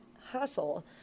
hustle